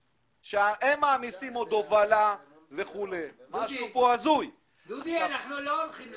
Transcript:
שעכשיו אנחנו שומעים על הפסדים שלו -- היא לא אמרה הפסדים,